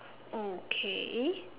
okay